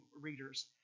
readers